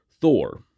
Thor